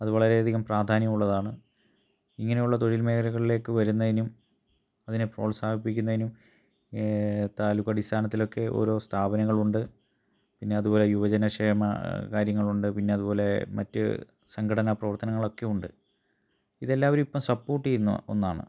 അത് വളരെയധികം പ്രാധാന്യമുള്ളതാണ് ഇങ്ങനെയുള്ള തൊഴിൽ മേഖലകളിലേക്ക് വരുന്നതിനും അതിനെ പ്രോത്സാപ്പിക്കുന്നതിനും താലൂക്കടിസ്ഥാനത്തിലൊക്കെ ഓരോ സ്ഥാപനങ്ങളുണ്ട് പിന്നെ അതുപോലെ യുവജന ക്ഷേമകാര്യങ്ങളുണ്ട് പിന്നെ അതുപോലെ മറ്റു സംഘടനാ പ്രവർത്തനങ്ങളൊക്കെയുണ്ട് ഇതെല്ലാവരും ഇപ്പോള് സപ്പോർട്ട് ചെയ്യുന്ന ഒന്നാണ്